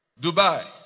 Dubai